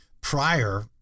prior